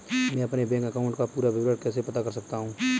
मैं अपने bank account का पूरा विवरण कैसे पता कर सकता हूँ?